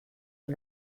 der